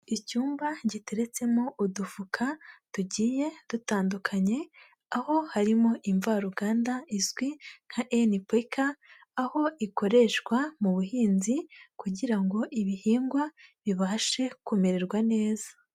Icyumba giteretsemo udufuka tugiye dutandukanye, aho harimo imvaruganda izwi nka enipeka, aho ikoreshwa mu buhinzi kugira ngo ibihingwa bibashe kumererwa neza.